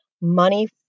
money